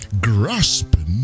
grasping